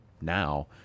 now